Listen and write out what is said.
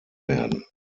werden